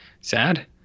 Sad